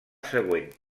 següent